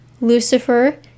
Lucifer